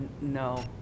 no